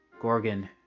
Gorgon